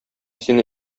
сине